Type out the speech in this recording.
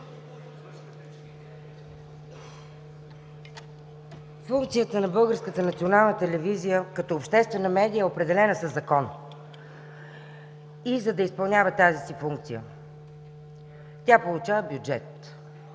национална телевизия като обществена медия е определена със закон и за да изпълнява тази си функция, тя получава бюджет.